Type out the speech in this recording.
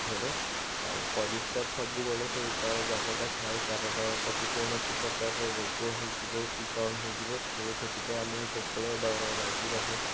ଫେରେ ଆଉ ପରିସ୍କାର ସବୁବେଳେ ସେ ତା ଜାଗାଟା ଥାଏ କାରଣ ତାକୁ କୌଣସି ପ୍ରକାରର ରୋଗ ହୋଇଯିବ କି କ'ଣ ହେଇଯିବ ସେ ସେଇଥିପାଇଁ ଆମକୁ ସବୁବେଳେ ଡର ଲାଗି ରହେ